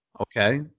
Okay